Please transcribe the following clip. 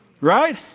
Right